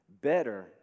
better